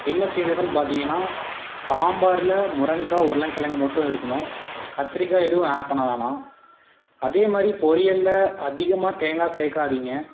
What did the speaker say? என்ன சேஞ்சஸுன்னு பார்த்தீங்கன்னா சாம்பாரில் முருங்கைகா உருளை கிழங்கு மட்டும் இருக்கணும் கத்திரிக்காய் எதுவும் ஆட் பண்ண வேணாம் அதே மாதிரி பொரியலில் அதிகமாக தேங்காய் சேர்க்காதீங்க